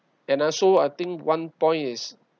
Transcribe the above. and also I think one point is